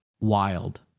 wild